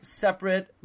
separate